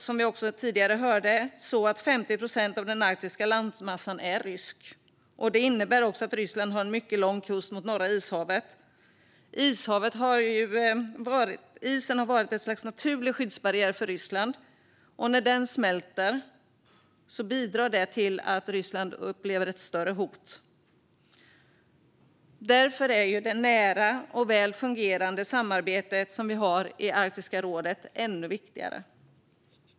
Som vi tidigare har hört är 50 procent av den arktiska landmassan rysk, och det innebär att Ryssland har en mycket lång kust mot Norra ishavet. Isen har varit ett slags naturlig skyddsbarriär för Ryssland, och när isen smälter bidrar det till att Ryssland upplever ett större hot. Därför är det nära och väl fungerande samarbete som vi har i Arktiska rådet ännu viktigare.